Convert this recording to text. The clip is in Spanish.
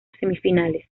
semifinales